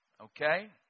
Okay